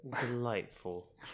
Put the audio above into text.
delightful